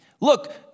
Look